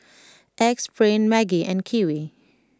Axe Brand Maggi and Kiwi